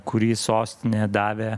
kurį sostinė davė